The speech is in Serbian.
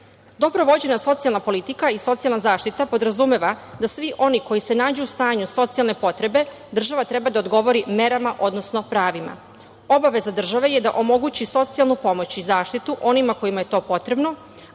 vođena socijalna politika i socijalna zaštita podrazumeva da svi oni koji se nađu u stanju socijalne potrebe država treba da odgovori merama, odnosno pravima. Obaveza države je da omogući socijalnu pomoć i zaštitu onima kojima je to potrebno,